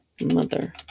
mother